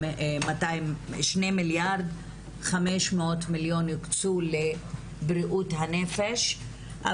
2 מיליארד ו-500 מיליון הוקצו לבריאות הנפש.